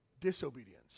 disobedience